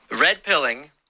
red-pilling